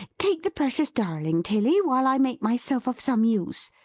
take the precious darling, tilly, while i make myself of some use.